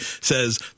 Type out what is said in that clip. says